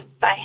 Bye